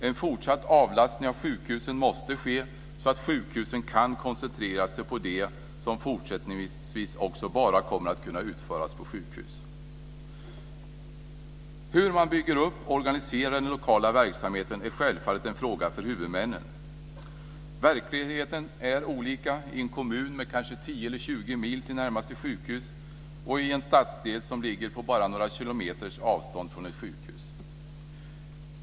En fortsatt avlastning av sjukhusen måste ske så att sjukhusen kan koncentrera sig på det som också fortsättningsvis bara kommer att kunna utföras på sjukhus. Hur man bygger upp och organiserar den lokala verksamheten är självfallet en fråga för huvudmännen. Verkligheten är olika i en kommun där det kanske är 10 eller 20 mil till närmaste sjukhus och i en stadsdel på bara några kilometers avstånd från ett sjukhus.